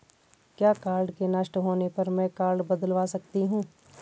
क्या कार्ड के नष्ट होने पर में कार्ड बदलवा सकती हूँ?